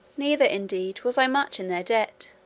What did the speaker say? neither indeed was i much in their debt,